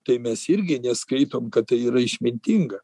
tai mes irgi neskaitom kad tai yra išmintinga